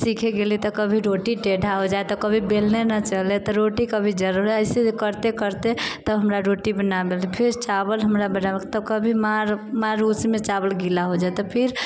सिखे गेली तऽ कभी रोटी टेढ़ा हो जाए तऽ कभी बेलने न चले तऽ रोटी कभी जर जाए तऽ ऐसे ही करते करते तब हमरा रोटी बनाबे अयलै फेर चावल हमरा तऽ कभी मार मार उसीमे चावल गिला हो जाए तऽ